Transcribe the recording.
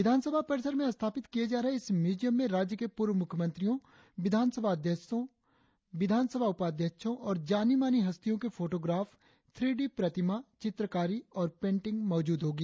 विधानसभा परिसर में स्थापित किये जा रहे इस म्यूजियम में राज्य के पूर्व मुख्यमंत्रियों विधानसभा अध्यक्षों विधानसभा उपाध्याक्षों और जानी मानी हस्तियों के फोटोग्राफ थ्री डी प्रतिमा चित्रकारी और पेंटिंग मौजूद होगी